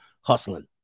hustling